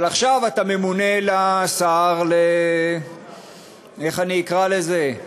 אבל עכשיו אתה ממונה לשר, איך אני אקרא לזה,